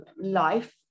life